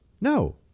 No